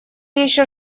еще